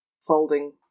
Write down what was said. folding